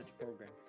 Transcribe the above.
program